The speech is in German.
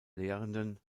lehrenden